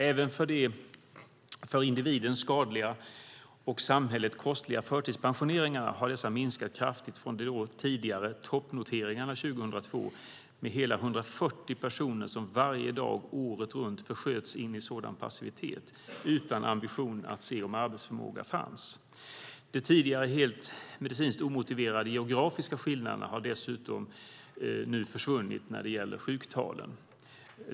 Även de för individen skadliga och samhället kostliga förtidspensioneringarna har minskat kraftigt från de tidigare toppnoteringarna år 2002 med hela 140 personer som varje dag året runt försköts in i en sådan passivitet utan ambition att se om arbetsförmåga fanns. De tidigare helt medicinskt omotiverade geografiska skillnaderna har dessutom nu försvunnit när det gäller sjuktalen.